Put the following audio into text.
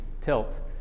tilt